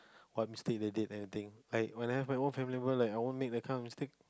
or mistake they did anything like when I have my own family member I won't make that kind of mistake